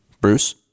Bruce